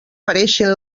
pareixen